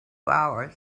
hours